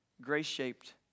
grace-shaped